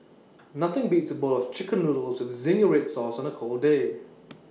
nothing beats A bowl of Chicken Noodles with Zingy Red Sauce on A cold day